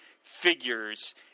figures